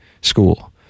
school